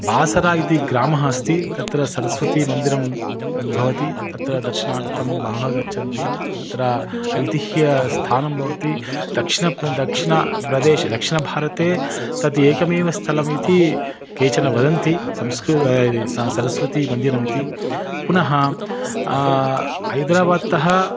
बासरा इति ग्रामः अस्ति तत्र सरस्वतीमन्दिरं भवति तत्र दर्शनार्थं बहवः गच्छन्ति तत्र ऐतिह्यस्थानं भवति दक्षिणं प्र दक्षिणप्रदेशे दक्षिणभारते तद् एकमेव स्थलमिति केचन वदन्ति संस्कृतं सा सरस्वती मन्दिरमिति पुनः ऐद्राबाद्तः